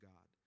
God